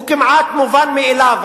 הוא כמעט מובן מאליו,